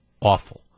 awful